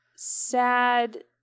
sad